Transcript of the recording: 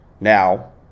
now